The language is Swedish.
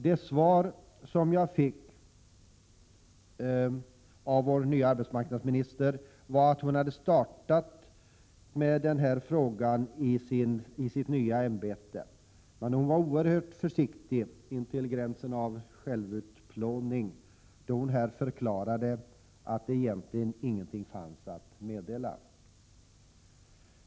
Det svar som jag fick av vår nya arbetsmarknadsminister var att hon hade startat med den här frågan i sitt nya ämbete. Men hon var oerhört försiktig, intill gränsen av självutplåning, då hon här förklarade att egentligen ingenting fanns att meddela.